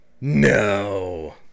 No